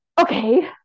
okay